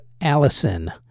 Allison